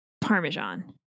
parmesan